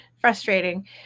Frustrating